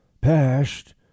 passed